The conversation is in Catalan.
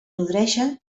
nodreixen